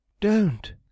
Don't